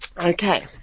Okay